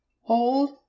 Hold